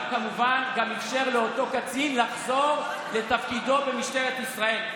וגם כמובן אפשר לאותו קצין לחזור לתפקידו במשטרת ישראל,